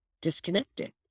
disconnected